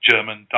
German